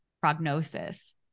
prognosis